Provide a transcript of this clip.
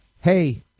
Hey